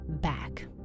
back